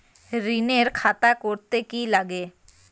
ঋণের খাতা করতে কি লাগে?